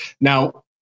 Now